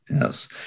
Yes